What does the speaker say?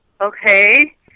Okay